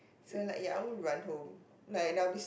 so like ya I would run home like I'll be s~